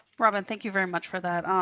robin, thank you very much for that.